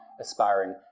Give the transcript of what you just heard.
aspiring